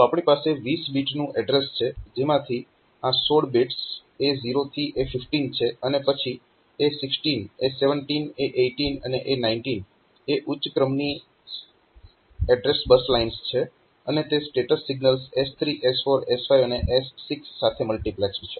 તો આપણી પાસે 20 બીટનું એડ્રેસ છે જેમાંથી આ 16 બિટ્સ A0 થી A15 છે અને પછી A16 A17 A18 અને A19 એ ઉચ્ચ ક્રમની એડ્રેસ બસ લાઇન્સ છે અને તે status signals S3 S4 S5 અને S6 સાથે મલ્ટીપ્લેક્સ્ડ છે